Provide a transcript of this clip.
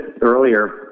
earlier